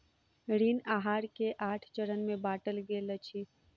ऋण आहार के आठ चरण में बाटल गेल अछि